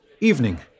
Evening